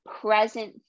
present